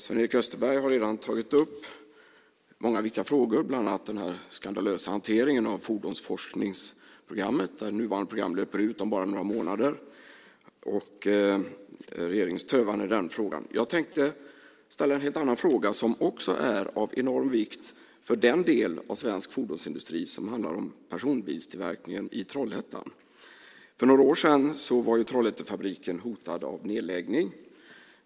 Sven-Erik Österberg har redan tagit upp många viktiga frågor, bland annat den skandalösa hanteringen av fordonsforskningsprogrammet, där nuvarande program löper ut om bara några månader, och regeringens tövan i den frågan. Jag tänkte ställa en helt annan fråga som också är av enormt stor vikt för den del av svensk fordonsindustri som handlar om personbilstillverkningen i Trollhättan. För några år sedan var ju Trollhättefabriken hotad av nedläggning.